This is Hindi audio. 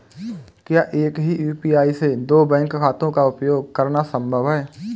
क्या एक ही यू.पी.आई से दो बैंक खातों का उपयोग करना संभव है?